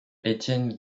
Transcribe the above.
étienne